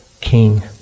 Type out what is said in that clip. king